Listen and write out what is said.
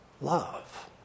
love